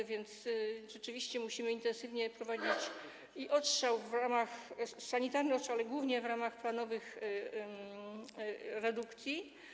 A więc rzeczywiście musimy intensywnie prowadzić odstrzał sanitarny, ale głównie w ramach planowych redukcji.